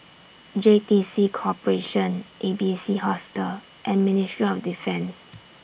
J T C Corporation A B C Hostel and Ministry of Defence